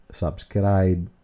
subscribe